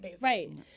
Right